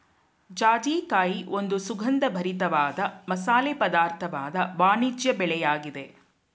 ಜಾಜಿಕಾಯಿ ಒಂದು ಸುಗಂಧಭರಿತ ವಾದ ಮಸಾಲೆ ಪದಾರ್ಥವಾದ ವಾಣಿಜ್ಯ ಬೆಳೆಯಾಗಿದೆ